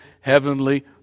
heavenly